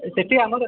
ସେଠି ଆମର